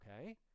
Okay